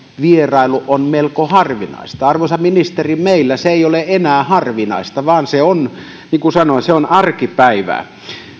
vierailu on melko harvinaista arvoisa ministeri meillä se ei ole enää harvinaista vaan se on niin kuin sanoin arkipäivää